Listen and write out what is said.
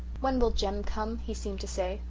when will jem come he seemed to say.